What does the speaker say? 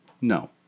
No